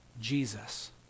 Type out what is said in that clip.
Jesus